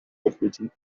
operating